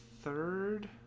third